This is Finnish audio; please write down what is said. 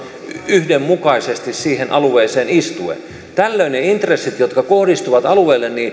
yhdenmukaisesti siihen alueeseen istuen tällöin ne intressit jotka kohdistuvat alueille